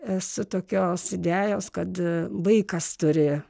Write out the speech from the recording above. esu tokios idėjos kad vaikas turi